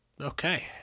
Okay